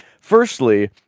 Firstly